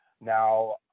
Now